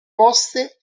poste